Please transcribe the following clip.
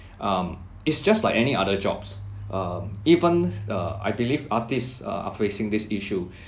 um it's just like any other jobs um even err I believe artists uh are facing this issue